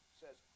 says